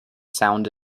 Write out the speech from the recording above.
sound